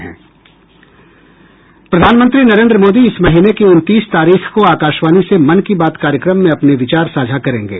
प्रधानमंत्री नरेन्द्र मोदी इस महीने की उनतीस तारीख को आकाशवाणी से मन की बात कार्यक्रम में अपने विचार साझा करेंगे